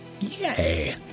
Yay